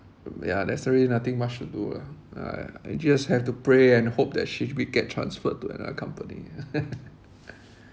yeah there's really nothing much to do lah uh just have to pray and hope that she get transferred to another company lah